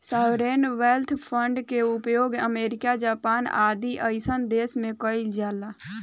sovereign wealth fund के उपयोग America Japan आदि जईसन देश में कइल जाला